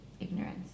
ignorance